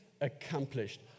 accomplished